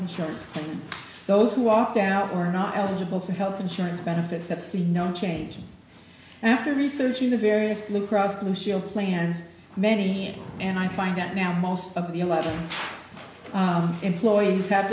insurance and those who walked out were not eligible for health insurance benefits that see no change after researching the various blue cross blue shield plans many and i find that now most of the eleven employees have